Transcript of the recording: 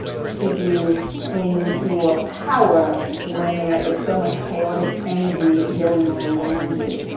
to keep you in your power when there is so much chaotic energy going on around you.